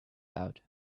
out